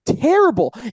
terrible